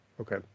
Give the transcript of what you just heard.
Okay